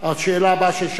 של שכיב שנאן,